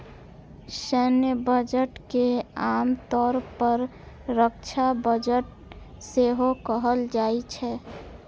सैन्य बजट के आम तौर पर रक्षा बजट सेहो कहल जाइ छै